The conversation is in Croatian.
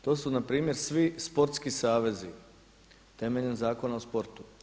To su npr. svi sportski savezi, temeljem Zakona o sportu.